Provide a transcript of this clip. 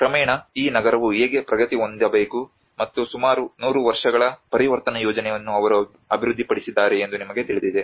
ಕ್ರಮೇಣ ಈ ನಗರವು ಹೇಗೆ ಪ್ರಗತಿ ಹೊಂದಬೇಕು ಮತ್ತು ಸುಮಾರು 100 ವರ್ಷಗಳ ಪರಿವರ್ತನಾ ಯೋಜನೆಯನ್ನು ಅವರು ಅಭಿವೃದ್ಧಿಪಡಿಸಿದ್ದಾರೆ ಎಂದು ನಿಮಗೆ ತಿಳಿದಿದೆ